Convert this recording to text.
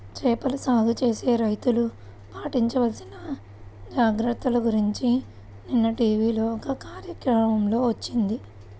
చేపల సాగు చేసే రైతులు పాటించాల్సిన జాగర్తల గురించి నిన్న టీవీలో ఒక కార్యక్రమం వచ్చింది